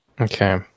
Okay